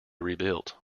rebuilt